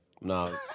No